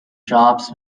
jobs